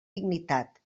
dignitat